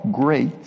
great